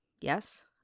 Yes